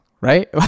right